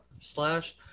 slash